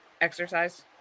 exercise